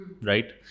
right